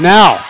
Now